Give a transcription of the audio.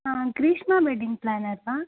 हा Grishma wedding planner वा